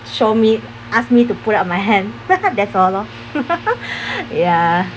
show me asked me to put up my hand that's all lor ya